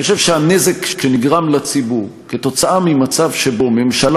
אני חושב שהנזק שנגרם לציבור בעקבות מצב שבו ממשלה